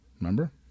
Remember